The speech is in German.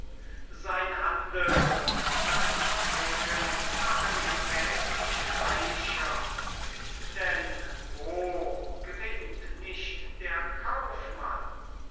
sein handel und seine fabriken machen ihn täglich reicher denn wo gewinnt nicht der kaufmann